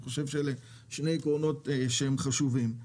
אני חושב שאלה שני עקרונות חשובים.